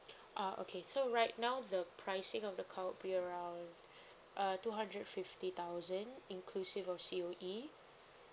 ah okay so right now the pricing of the car would be around uh two hundred fifty thousand inclusive of C_O_E